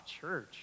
church